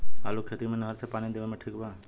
आलू के खेती मे नहर से पानी देवे मे ठीक बा?